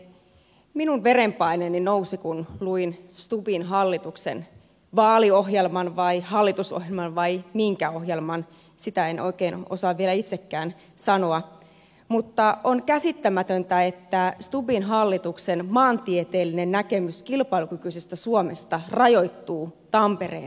minun verenpaineeni nousi kun luin stubbin hallituksen vaaliohjelman vai hallitusohjelman vai minkä ohjelman sitä en oikein osaa vielä itsekään sanoa mutta on käsittämätöntä että stubbin hallituksen maantieteellinen näkemys kilpailukykyisestä suomesta rajoittuu tampereen eteläpuolisiin osiin